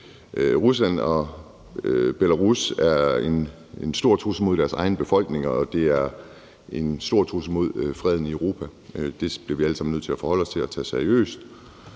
Rusland og Belarus er store trusler mod deres egne befolkninger, og de er en stor trussel mod freden i Europa. Det bliver vi alle sammen nødt til at forholde os til og tage seriøst.